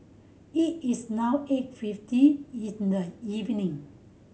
it is now eight fifty in the evening